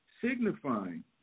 signifying